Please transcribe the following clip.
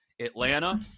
Atlanta